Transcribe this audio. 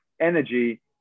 energy